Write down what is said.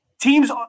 teams